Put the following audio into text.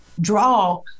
draw